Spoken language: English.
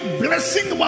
blessing